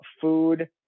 food